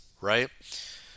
right